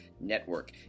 Network